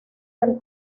del